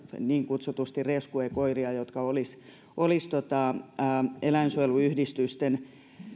niin kutsuttuja rescuekoiria jotka olisivat eläinsuojeluyhdistysten